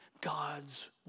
God's